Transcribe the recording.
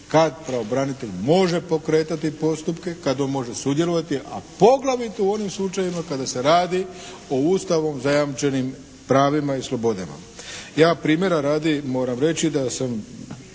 kad pravobranitelj može pokretati postupke, kad on može sudjelovati a poglavito u onim slučajevima kada se radi o Ustavom zajamčenim pravima i slobodama. Ja primjera radi moram reći da sam